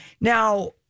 Now